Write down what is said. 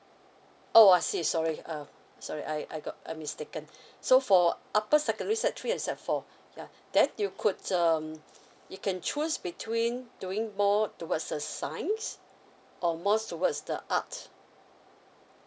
oh I see sorry uh sorry I I got I mistaken so for upper secondary sec three sec four yeuh that you could um you can choose between doing more towards the science or more towards the art